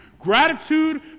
gratitude